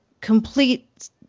complete